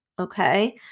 okay